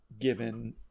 given